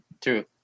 true